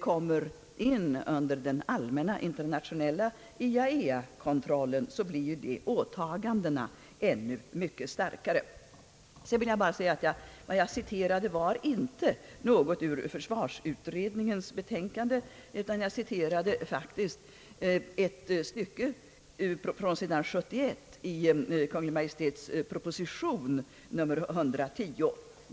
kommer in under den allmänna internationella TITAEA kontrollen, blir dessa åtaganden ännu mycket ovillkorligare. Jag citerade inte något ur försvarsutredningens betänkande, utan jag citerade faktiskt ett stycke på sid. 71 i Kungl. Maj:ts proposition nr 110.